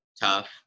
tough